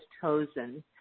chosen